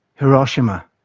hiroshima.